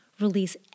release